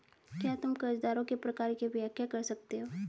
क्या तुम कर्जदारों के प्रकार की व्याख्या कर सकते हो?